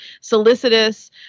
solicitous